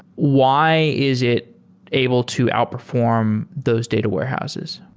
why is it able to outperform those data warehouses?